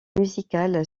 musicale